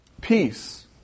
Peace